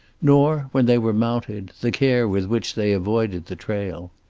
nor, when they were mounted, the care with which they avoided the trail.